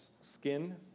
skin